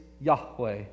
Yahweh